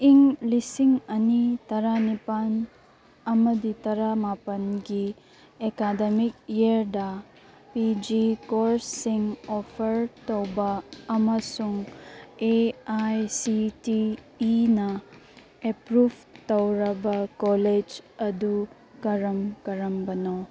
ꯏꯪ ꯂꯤꯁꯤꯡ ꯑꯅꯤ ꯇꯔꯥꯅꯤꯄꯥꯟ ꯑꯃꯗꯤ ꯇꯔꯥꯃꯥꯄꯟꯒꯤ ꯑꯦꯀꯥꯗꯃꯤꯛ ꯏꯌꯔꯗ ꯄꯤ ꯖꯤ ꯀꯣꯔꯁꯁꯤꯡ ꯑꯣꯐꯔ ꯇꯧꯕ ꯑꯃꯁꯨꯡ ꯑꯦ ꯑꯥꯏ ꯁꯤ ꯇꯤ ꯏꯤꯅ ꯑꯦꯄ꯭ꯔꯨꯞ ꯇꯧꯔꯒ ꯀꯣꯂꯦꯖ ꯑꯗꯨ ꯀꯔꯝ ꯀꯔꯝꯕꯅꯣ